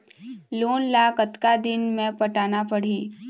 Loan ला कतका दिन मे पटाना पड़ही?